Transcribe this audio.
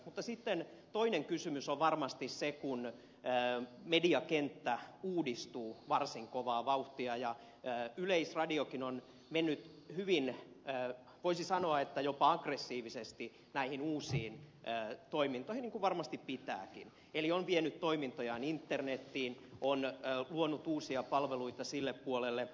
mutta sitten toinen kysymys on varmasti se kun mediakenttä uudistuu varsin kovaa vauhtia ja yleisradiokin on mennyt mukaan voisi sanoa jopa aggressiivisesti näihin uusiin toimintoihin niin kuin varmasti pitääkin eli on vienyt toimintojaan internetiin on luonut uusia palveluita sille puolelle